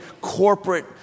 corporate